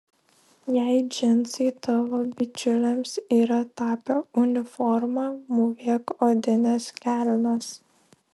jei džinsai tavo bičiulėms yra tapę uniforma mūvėk odines kelnes